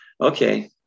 Okay